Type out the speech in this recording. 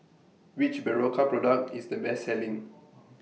Which Berocca Product IS The Best Selling